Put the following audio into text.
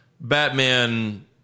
batman